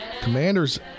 Commanders